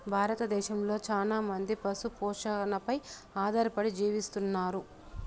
భారతదేశంలో చానా మంది పశు పోషణపై ఆధారపడి జీవిస్తన్నారు